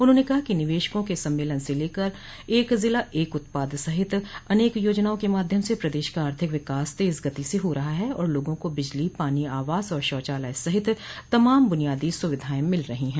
उन्होंने कहा कि निवेशकों के सम्मेलन से लेकर एक ज़िला एक उत्पाद सहित अनेक योजनाओं के माध्यम से प्रदेश का आर्थिक विकास तेज गति से हो रहा है और लोगों को बिजली पानी आवास और शौचालय सहित तमाम बुनियादी सुविधाएं मिल रही हैं